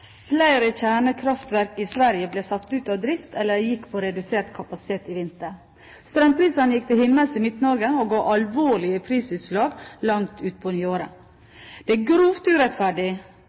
Flere kjernekraftverk i Sverige ble satt ut av drift eller gikk på redusert kapasitet i vinter. Strømprisene gikk til himmels i Midt-Norge og ga alvorlige prisutslag langt ut på nyåret. Det er grovt urettferdig